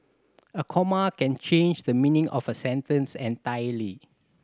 a comma can change the meaning of a sentence entirely